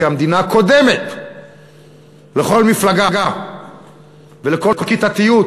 כי המדינה קודמת לכל מפלגה ולכל כיתתיות,